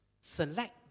select